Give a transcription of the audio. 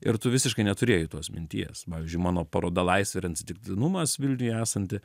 ir tu visiškai neturėjai tos minties pavyzdžiui mano paroda laisvė ir atsitiktinumas vilniuje esanti